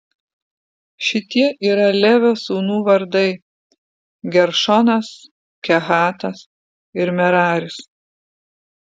šitie yra levio sūnų vardai geršonas kehatas ir meraris